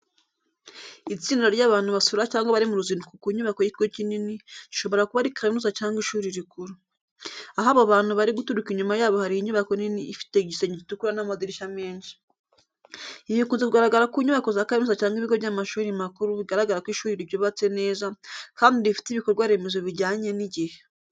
Itsinda ry’abantu basura cyangwa bari mu ruzinduko ku nyubako y’ikigo kinini, gishobora kuba ari kaminuza cyangwa ishuri rikuru. Aho abo bantu bari guturuka inyuma yabo hari inyubako nini ifite igisenge gitukura n’amadirishya menshi. Ibi bikunze kugaragara ku nyubako za kaminuza cyangwa ibigo by’amashuri makuru bigaragara ko ishuri ryubatse neza kandi rifite ibikorwa remezo bijyanye n’igihe.